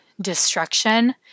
destruction